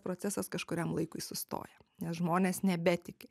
procesas kažkuriam laikui sustoja nes žmonės nebetiki